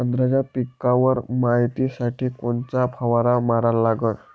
संत्र्याच्या पिकावर मायतीसाठी कोनचा फवारा मारा लागन?